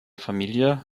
familie